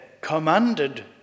commanded